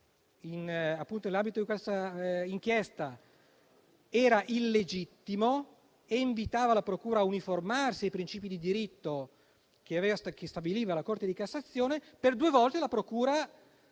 di Firenze nell'ambito dell'inchiesta era illegittimo e ha invitato la procura a uniformarsi ai principi di diritto che stabiliva la Corte di cassazione. E per due volte la procura